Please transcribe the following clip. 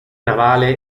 navale